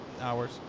hours